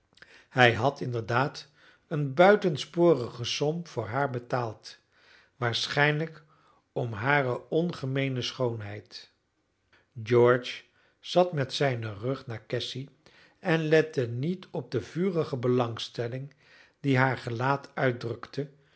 hij had inderdaad eene buitensporige som voor haar betaald waarschijnlijk om hare ongemeene schoonheid george zat met zijnen rug naar cassy en lette niet op de vurige belangstelling die haar gelaat uitdrukte